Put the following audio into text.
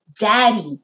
Daddy